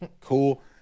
Cool